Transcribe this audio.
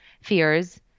fears